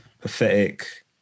pathetic